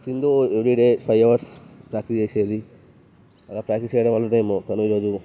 Sindhu every day five hours practice చేసేది అలా practice చేయడం వలన ఏమో తను ఈ రోజు